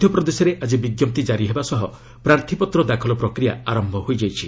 ମଧ୍ୟପ୍ରଦେଶରେ ଆଜି ବିଜ୍ଞପ୍ତି ଜାରି ହେବା ସହ ପ୍ରାର୍ଥୀପତ୍ର ଦାଖଲ ପ୍ରକ୍ରିୟା ଆରମ୍ଭ ହୋଇଛି